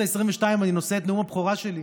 העשרים-ושתיים אני נושא את נאום הבכורה שלי,